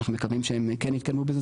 אנחנו מקווים שהם כן יעדכנו בזה,